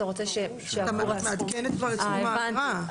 את מעדכנת פה את סכום האגרה.